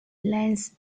lanes